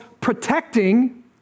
protecting